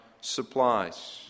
supplies